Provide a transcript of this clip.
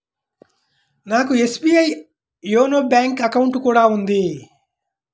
నాకు SBI YONO bank account కూడా ఉంది